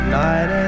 night